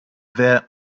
there